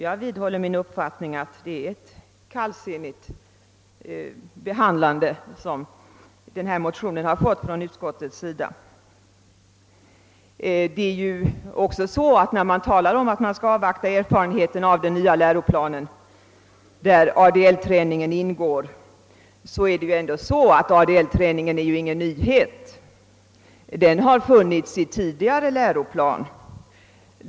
Jag vidhåller min uppfattning att det är en kallsinnig bé handling motionen har mött i utskottet. Man talar nu om att man skall avvakta erfarenheterna av den nya läroplanen, där ADL-träningen ingår, men denna är ingen nyhet utan har funnits medtagen i tidigare läroplan.